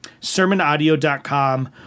sermonaudio.com